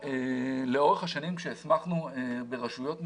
לאורך השנים, עת הסמכנו ברשויות מסוימות,